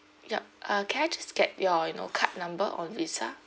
yup uh can I just get your you know card number or visa